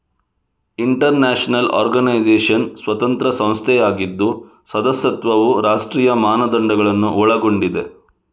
inter national organisation ಸ್ವತಂತ್ರ ಸಂಸ್ಥೆಯಾಗಿದ್ದು ಸದಸ್ಯತ್ವವು ರಾಷ್ಟ್ರೀಯ ಮಾನದಂಡಗಳನ್ನು ಒಳಗೊಂಡಿದೆ